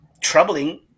troubling